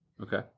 Okay